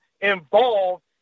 involved